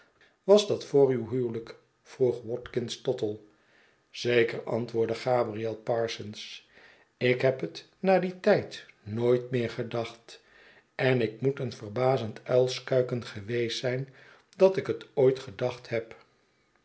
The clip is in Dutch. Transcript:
was dat vor uw huwelijk vroeg watkins tottle zeker antwoordde gabriel parsons ik heb het na dien tijd nooit meer gedacht en ik moet een verbazend uilskuiken geweest zijn dat ik het ooit gedacht heb